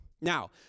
Now